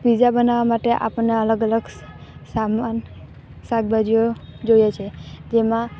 pizza બનાવામાં માટે આપણને અલગ અલગ સામાન શકભાજીઓ જોઈએ છે જેમાં